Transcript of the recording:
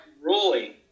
rolling